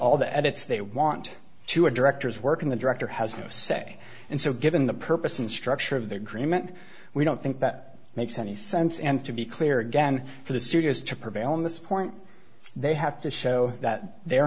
all the edits they want to a director is working the director has no say and so given the purpose and structure of the agreement we don't think that makes any sense and to be clear again for the studios to prevail on this point they have to show that their